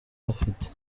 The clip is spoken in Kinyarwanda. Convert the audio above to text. afite